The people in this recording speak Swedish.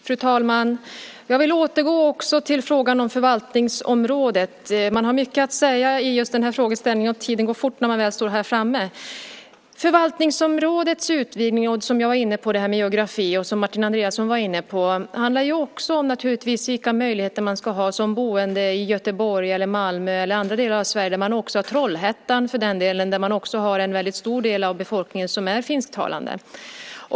Fru talman! Jag vill återgå till frågan om förvaltningsområdet. Man har mycket att säga i just den här frågeställningen, och tiden går fort när man står här framme. Förvaltningsområdets utvidgning och det här med geografi, som jag och Martin Andreasson var inne på, handlar ju också om vilka möjligheter man ska ha som boende i Göteborg, Malmö, Trollhättan eller andra delar Sverige där man har en väldigt stor del av befolkningen som är finsktalande.